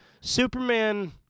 Superman